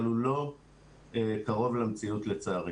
אבל הוא לא קרוב למציאות לצערי.